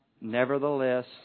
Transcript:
Nevertheless